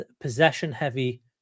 possession-heavy